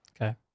Okay